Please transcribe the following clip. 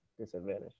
disadvantage